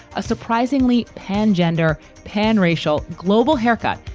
a surprisingly pann gender pann racial global haircut,